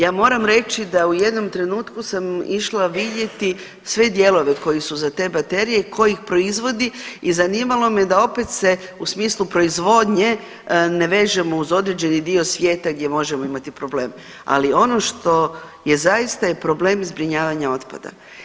Ja moram reći da u jednom trenutku sam išla vidjeti sve dijelove koji su za te baterije i ko ih proizvodi i zanimalo me da opet se u smislu proizvodnje ne vežemo uz određeni dio svijeta gdje možemo imati problem, ali ono što je zaista je problem zbrinjavanja otpada.